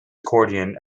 accordion